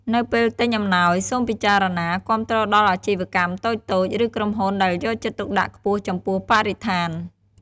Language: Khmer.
នៅពេលទិញអំណោយ សូមពិចារណាគាំទ្រដល់អាជីវកម្មតូចៗ ឬក្រុមហ៊ុនដែលយកចិត្តទុកដាក់ខ្ពស់ចំពោះបរិស្ថាន។